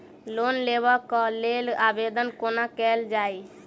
Loan लेबऽ कऽ लेल आवेदन कोना कैल जाइया?